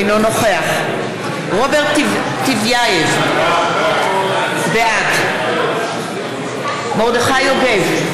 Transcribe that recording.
אינו נוכח רוברט טיבייב, בעד מרדכי יוגב,